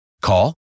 Call